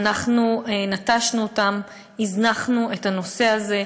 אנחנו נטשנו אותם, הזנחנו את הנושא הזה.